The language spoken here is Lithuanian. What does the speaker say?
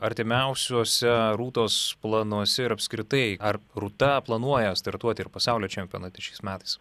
artimiausiuose rūtos planuose ir apskritai ar rūta planuoja startuoti ir pasaulio čempionate šiais metais